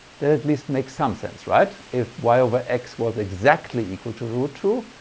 that at least makes some sense right? if y over x was exactly equal to root two,